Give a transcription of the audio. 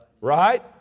Right